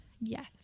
yes